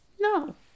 No